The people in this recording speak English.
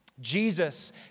Jesus